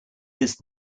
this